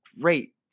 great